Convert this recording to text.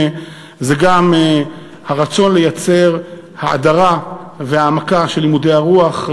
זה גם הרצון לייצר האדרה והעמקה של לימודי הרוח.